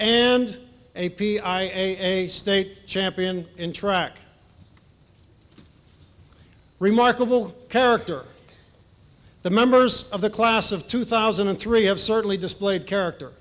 and a p i a state champion in track remarkable character the members of the class of two thousand and three have certainly displayed character